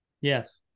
yes